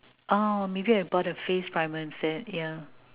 oh maybe I bought a face primer instead yeah